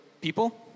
people